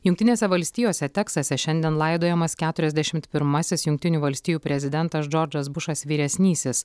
jungtinėse valstijose teksase šiandien laidojamas keturiasdešimt pirmasis jungtinių valstijų prezidentas džordžas bušas vyresnysis